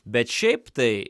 bet šiaip tai